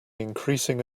increasing